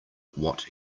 what